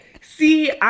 See